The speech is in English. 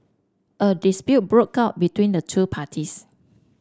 a dispute broke out between the two parties